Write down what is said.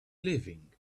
leaving